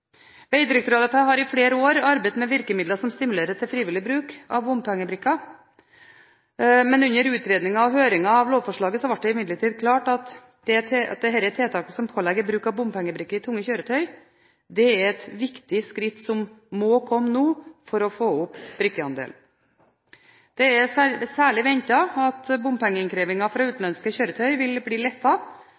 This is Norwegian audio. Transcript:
har i flere år arbeidet med virkemidler som stimulerer til frivillig bruk av bompengebrikker. Under utredningen og høringen av lovforslaget ble det imidlertid klart at dette tiltaket som pålegger bruk av bompengebrikker i tunge kjøretøy, er et viktig skritt som må komme nå for å få opp brikkeandelen. Det er ventet at særlig bompengeinnkrevingen for utenlandske kjøretøy vil bli